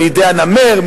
מידי הנמר,